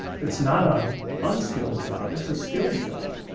it's not a unskilled job. it's a skilled job.